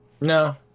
No